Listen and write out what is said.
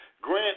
Grant